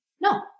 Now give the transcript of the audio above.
No